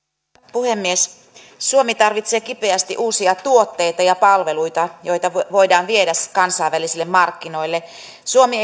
puhemies suomi tarvitsee kipeästi uusia tuotteita ja palveluita joita voidaan viedä kansainvälisille markkinoille suomi